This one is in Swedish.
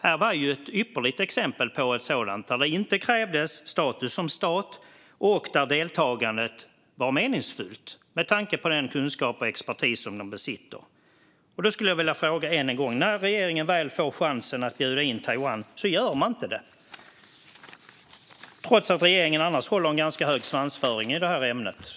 Detta var ett ypperligt exempel på ett sådant sammanhang där det inte krävdes status som stat och där deltagandet var meningsfullt, med tanke på den kunskap och expertis de besitter. Jag skulle vilja fråga ännu en gång varför regeringen, när den väl får chansen att bjuda in Taiwan, inte gör detta, trots att regeringen annars har en ganska hög svansföring i detta ämne.